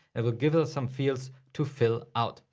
it will give us some fields to fill out.